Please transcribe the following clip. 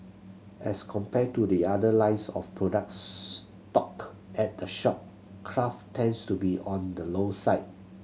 as compared to the other lines of products stock at the shop craft tends to be on the low side